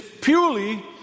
purely